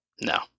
No